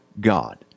God